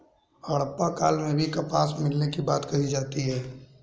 हड़प्पा काल में भी कपास मिलने की बात कही जाती है